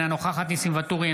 אינה נוכחת ניסים ואטורי,